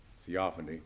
theophany